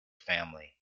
family